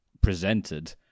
presented